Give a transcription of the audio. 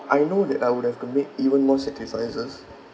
I know that I would have to make even more sacrifices